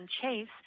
Chase